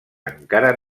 encara